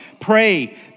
Pray